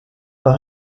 war